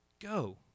go